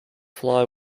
fly